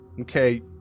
Okay